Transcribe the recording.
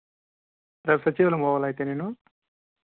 సచివాలయం పోవాలి అయితే నేను